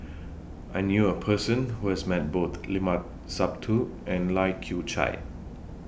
I knew A Person Who has Met Both Limat Sabtu and Lai Kew Chai